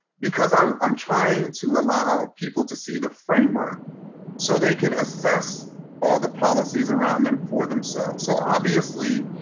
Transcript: because i'm um trying trying to allow people to see the framework so they can assess all the policies around them for themselves. so obviously,